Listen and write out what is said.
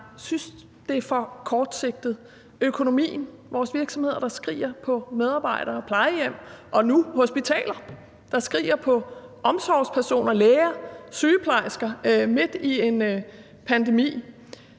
det er i forhold til økonomien; vores virksomheder, der skriger på medarbejdere; plejehjem; og nu hospitaler, der skriger på omsorgspersoner, læger, sygeplejersker midt i en pandemi.